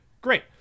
Great